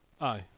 Aye